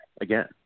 Again